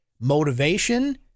motivation